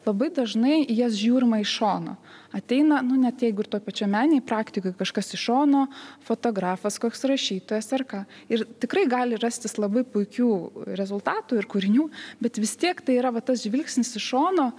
labai dažnai į jas žiūrima iš šono ateina nu net jeigu ir toj pačioj meninėj praktikoj kažkas iš šono fotografas koks rašytojas ar ką ir tikrai gali rastis labai puikių rezultatų ir kūrinių bet vis tiek tai yra vat tas žvilgsnis iš šono